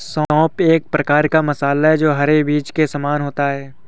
सौंफ एक प्रकार का मसाला है जो हरे बीज के समान होता है